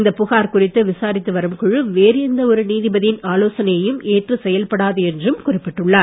இந்தப் புகார் குறித்து விசாரித்து வரும் குழு வேறு எந்த ஒரு நீதிபதியின் ஆலோசனையையும் ஏற்று செயல்படாது என்றும் குறிப்பிட்டுள்ளார்